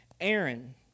Aaron